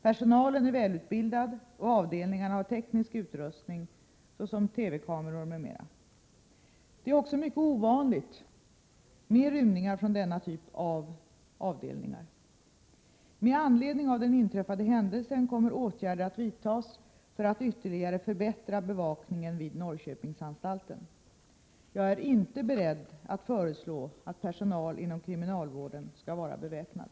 Personalen är välutbildad och avdelningarna har teknisk utrustning såsom TV-kameror m.m. Det är också mycket ovanligt med rymningar från denna typ av avdelningar. Med anledning av den inträffade händelsen kommer åtgärder att vidtas för att ytterligare förbättra bevakningen vid Norrköpingsanstalten. Jag är inte beredd att föreslå att personal inom kriminalvården skall vara beväpnad.